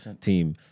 team